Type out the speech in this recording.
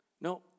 no